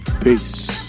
Peace